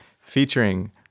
featuring